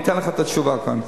אני אתן לך את התשובה כאן.